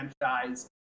franchise